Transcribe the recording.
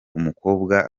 umukobwa